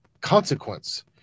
consequence